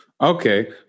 Okay